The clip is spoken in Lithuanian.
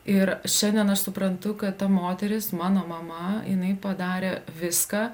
ir šiandien aš suprantu kad ta moteris mano mama jinai padarė viską